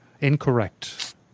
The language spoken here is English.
Incorrect